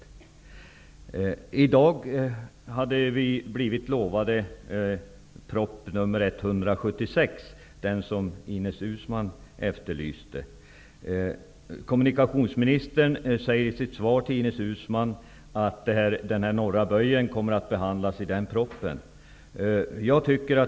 Till i dag hade vi blivit lovade prop. 1992/93:176, den som Ines Uusmann efterlyste. Kommunikationsministern säger i sitt svar till Ines Uusmann att den norra böjen kommer att behandlas i den propositionen.